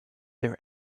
their